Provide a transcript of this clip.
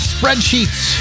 Spreadsheets